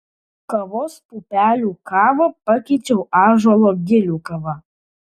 kavos pupelių kavą pakeičiau ąžuolo gilių kava